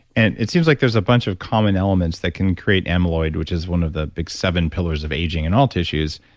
and it seems like there's a bunch of common elements that can create amyloid, which is one the the big seven pillars of aging in all tissues.